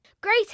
Great